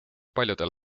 paljudel